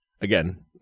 again